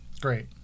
great